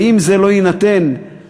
ואם זה לא יינתן בשדרות,